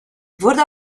wurde